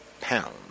pound